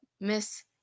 Miss